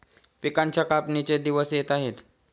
पिकांच्या कापणीचे दिवस येत आहेत